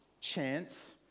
chance